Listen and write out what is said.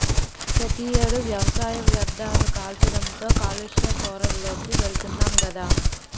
ప్రతి ఏడు వ్యవసాయ వ్యర్ధాలు కాల్చడంతో కాలుష్య కోరల్లోకి వెలుతున్నాం గదా